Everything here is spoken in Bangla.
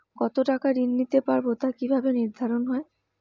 কতো টাকা ঋণ নিতে পারবো তা কি ভাবে নির্ধারণ হয়?